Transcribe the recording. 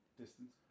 distance